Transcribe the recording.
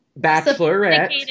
bachelorette